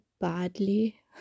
badly